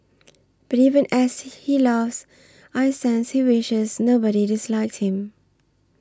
but even as he laughs I sense he wishes nobody disliked him